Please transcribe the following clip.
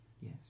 Yes